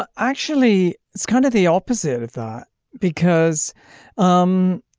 but actually it's kind of the opposite of that because um